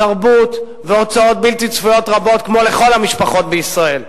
תרבות והוצאות בלתי צפויות רבות כמו לכל המשפחות בישראל.